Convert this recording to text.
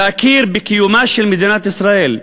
להכיר בקיומה של מדינת ישראל,